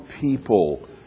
people